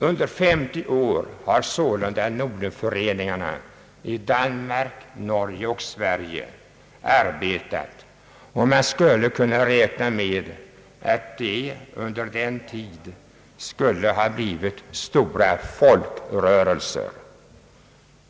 Under 50 år har sålunda Norden-föreningarna i Danmark, Norge och Sverige arbetat, och man skulle kunna räkna med att de under denna tid skulle ha blivit stora folkrörelser.